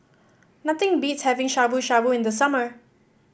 nothing beats having Shabu Shabu in the summer